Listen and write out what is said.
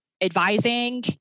advising